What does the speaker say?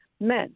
men